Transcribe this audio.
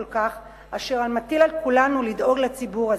כך אשר מטיל על כולנו לדאוג לציבור הזה,